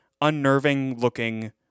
unnerving-looking